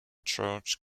church